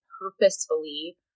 purposefully